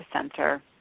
center